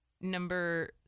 Number